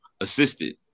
assisted